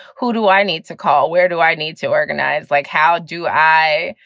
who do i need to call? where do i need to organize? like, how do i,